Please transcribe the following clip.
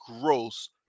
gross